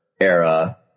era